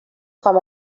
com